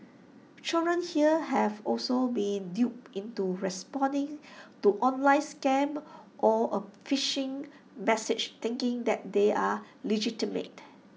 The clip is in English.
children here have also been duped into responding to online scams or A phishing message thinking that they are legitimate